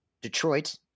Detroit